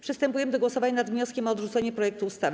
Przystępujemy do głosowania nad wnioskiem o odrzucenie projektu ustawy.